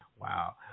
Wow